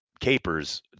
Capers